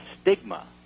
stigma